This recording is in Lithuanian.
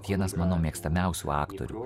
vienas mano mėgstamiausių aktorių